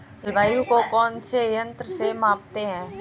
जलवायु को कौन से यंत्र से मापते हैं?